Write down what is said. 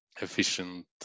efficient